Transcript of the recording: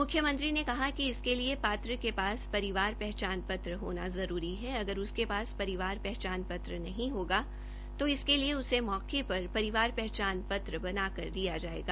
म्ख्यमंत्री ने कहा कि इसके लिए पात्र के पास परिवार पहचान पत्र होना जरूरी है अगर उसके पास परिवार पहचान पत्र नहीं होगा तो इसके लिए उसे मौके पर परिवार पहचान पत्र बना के दिया जायेगा